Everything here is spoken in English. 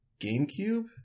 GameCube